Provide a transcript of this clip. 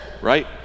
right